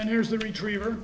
and here's the retriever